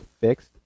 fixed